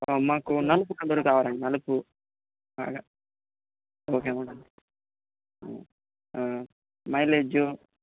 మాకు నలుపు కలర్ కావాలండి నలుపు బాగా ఓకే మ్యాడమ్ మైలేజ్